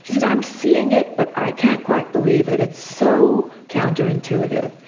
she said i'm seeing it but i can't quite believe it, it's so counterintuitive.